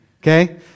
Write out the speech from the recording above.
okay